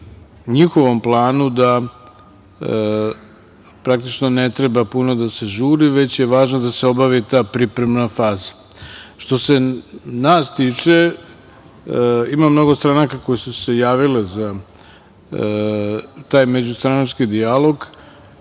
njihovom planu, da praktično ne treba puno da se žuri, već je važno da se obavi ta pripremna faza. Što se nas tiče, imam mnogo stranaka koje su se javile za taj međustranački dijalog,